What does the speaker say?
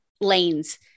lanes